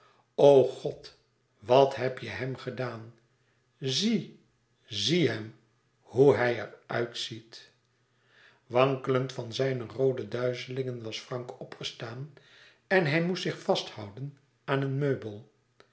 o god wat heb je hem gedaan zie zie hem hoe hij er uitziet wankelend van zijne roode duizelingen was frank opgestaan en hij moest zich vasthouden aan een meubel